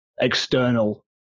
external